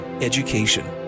education